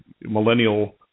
millennial